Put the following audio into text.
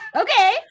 okay